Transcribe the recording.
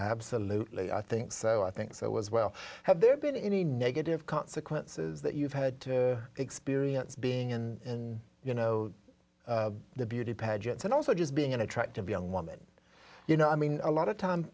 absolutely i think so i think so was well have there been any negative consequences that you've had to experience being in you know the beauty pageants and also just being an attractive young woman you know i mean a lot of time